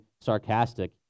sarcastic